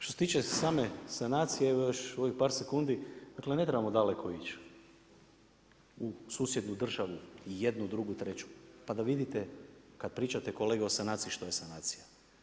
Što se tiče same sanacije evo još u ovih par sekundi, dakle ne trebamo daleko ići u susjednu državu i jednu, drugu i treću, pa da vidite kad pričate kolega o sanaciji što je sanacija.